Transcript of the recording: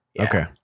Okay